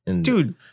dude